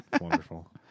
Wonderful